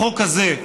בחוק הזה,